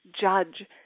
judge